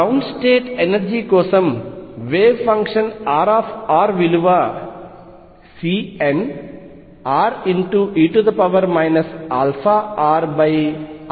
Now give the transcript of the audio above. ground state energy కోసం wave function R విలువ Cnre αrrY00θϕ అవుతుంది